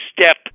step